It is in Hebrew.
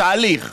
תהליך